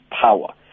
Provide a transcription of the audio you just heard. power